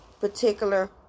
particular